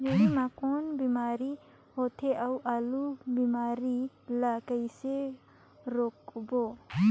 जोणी मा कौन बीमारी होथे अउ ओला बीमारी ला कइसे रोकबो?